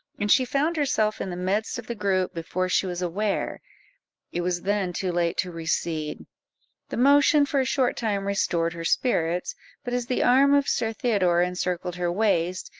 and she found herself in the midst of the group before she was aware it was then too late to recede the motion for a short time restored her spirits but as the arm of sir theodore encircled her waist,